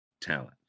talent